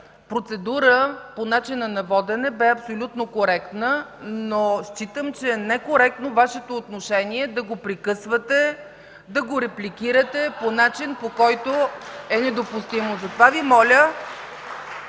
процедура по начина на водене бе абсолютно коректна, но считам, че е некоректно Вашето отношение – да го прекъсвате, да го репликирате по начин, по който е недопустимо. (Ръкопляскания